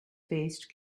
faced